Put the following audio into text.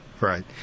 Right